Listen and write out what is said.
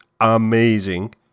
amazing